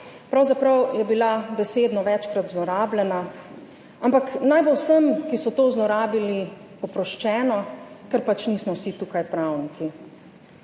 pravzaprav je bila besedno večkrat zlorabljena, ampak naj bo vsem, ki so to zlorabili, oproščeno, ker pač nismo vsi tukaj pravniki.